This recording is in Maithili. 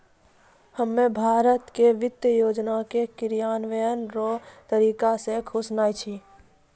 हम्मे भारत के वित्त योजना के क्रियान्वयन रो तरीका से खुश नै छी